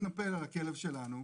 התנפל על הכלב שלנו,